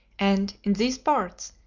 and in these parts,